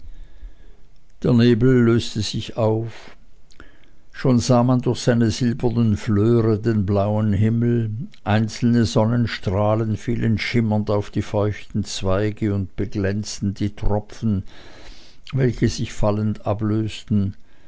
der nebel löste sich auf schon sah man durch seine silbernen flöre den blauen himmel einzelne sonnenstrahlen fielen schimmernd auf die feuchten zweige und beglänzten die tropfen welche sich fallend ablösten